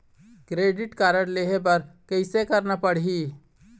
Credit card लेहे बर कैसे करना पड़ही?